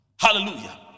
Hallelujah